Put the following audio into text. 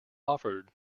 offered